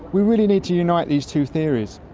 we really need to unite these two theories.